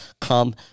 come